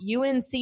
UNC